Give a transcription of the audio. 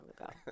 ago